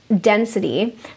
density